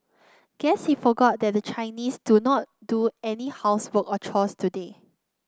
guess he forgot that the Chinese do not do any housework or chores today